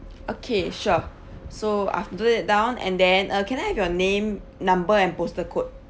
okay sure so I've noted that down and then uh can I have your name number and postal code